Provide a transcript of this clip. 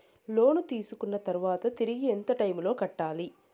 లోను తీసుకున్న తర్వాత తిరిగి ఎంత టైములో కట్టాలి